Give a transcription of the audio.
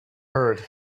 heard